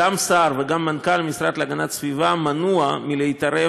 גם השר וגם מנכ"ל המשרד להגנת הסביבה מנועים מלהתערב